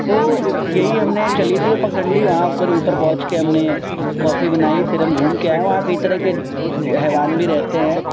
تو یہی ہم نے چلی تھی وہ پگڈنڈی وہاں پر اوپر پہنچ کے ہم نے کافی بنائی فر ہم گھوم کے آئے وہاں کئی طرح کے حیوان بھی رہتے ہیں